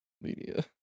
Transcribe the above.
Media